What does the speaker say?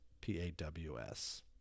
P-A-W-S